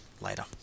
later